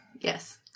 Yes